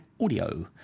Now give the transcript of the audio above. Audio